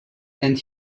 and